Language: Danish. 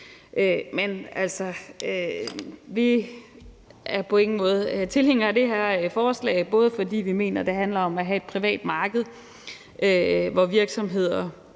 Vi er på ingen måder tilhængere er det her forslag, og det er, fordi vi mener, det handler om at have et privat marked, hvor virksomheder